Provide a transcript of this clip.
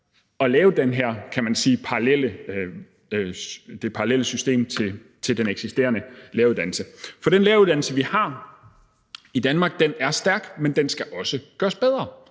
at lave det her parallelle system til den eksisterende læreruddannelse. For den læreruddannelse, vi har i Danmark, er stærk, men den skal også gøres bedre.